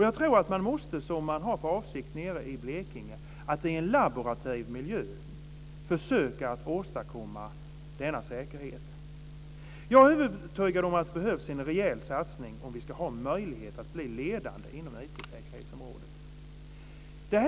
Jag tror att man, som är avsikten nere i Blekinge, i en laborativ miljö måste försöka åstadkomma denna säkerhet och är övertygad om att det behövs en rejäl satsning för att vi ska ha en möjlighet att bli ledande inom IT-säkerhetsområdet.